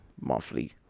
monthly